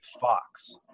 Fox